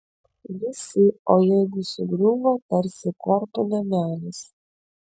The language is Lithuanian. visi o jeigu sugriuvo tarsi kortų namelis